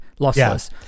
lossless